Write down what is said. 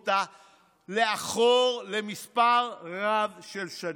לאחור למספר רב של שנים.